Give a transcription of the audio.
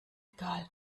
egal